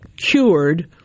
cured